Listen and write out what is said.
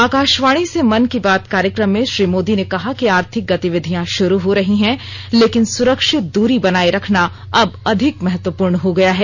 आकाशवाणी से मन की बात कार्यक्रम में श्री मोदी ने कहा कि आर्थिक गतिविधियां शुरू हो रही हैं लेकिन सुरक्षित दूरी बनाए रखना अब अधिक महत्वपूर्ण हो गया है